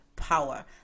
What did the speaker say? power